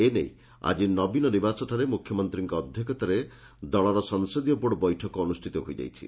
ଏନେଇ ଆଜି ନବୀନ ନିବାସରେ ମୁଖ୍ୟମନ୍ତୀଙ୍କ ଅଧ୍ଧକ୍ଷତାରେ ଦଳର ସଂସଦୀୟ ବୋର୍ଡ଼ ବୈଠକ ଅନୁଷ୍ଷିତ ହୋଇଯାଇଛି